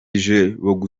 bihugu